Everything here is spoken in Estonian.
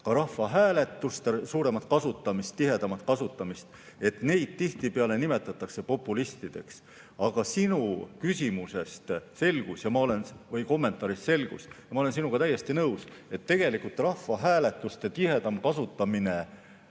ka rahvahääletuste suuremat kasutamist, tihedamat kasutamist, tihtipeale nimetatakse populistideks. Aga sinu küsimusest või kommentaarist selgus, ja ma olen sinuga täiesti nõus, et tegelikult rahvahääletuste tihedam kasutamine